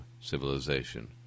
civilization